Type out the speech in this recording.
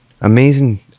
amazing